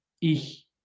ich